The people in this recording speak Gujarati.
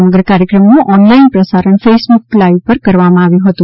સમગ્ર કાર્યક્રમનું ઓનલાઇન પ્રસારણ ફેસબુક લાઇવ પર કરવામાં આવેલ હતું